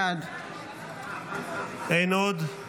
בעד אין עוד?